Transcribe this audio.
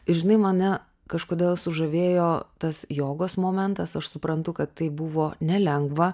ir žinai mane kažkodėl sužavėjo tas jogos momentas aš suprantu kad tai buvo nelengva